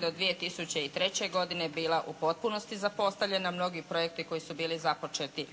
do 2003. godine bila u potpunosti zapostavljena. Mnogi projekti koji su bili započeti